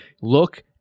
Look